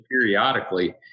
periodically